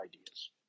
ideas